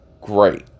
Great